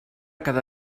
cada